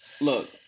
look